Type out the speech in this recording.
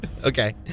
Okay